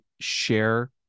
share